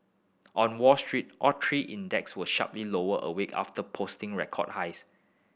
on Wall Street all three index were sharply lower a week after posting record highs